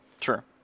sure